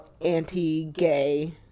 anti-gay